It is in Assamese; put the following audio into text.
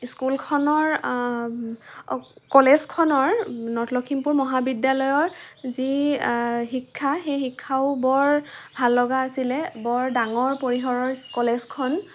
স্কুলখনৰ কলেজখনৰ নৰ্থ লখিমপুৰ মহাবিদ্যালয়ৰ যি শিক্ষা সেই শিক্ষাও বৰ ভাল লগা আছিলে বৰ ডাঙৰ পৰিসৰৰ কলেজখন